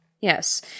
Yes